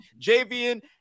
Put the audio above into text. Javian